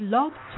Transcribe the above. Love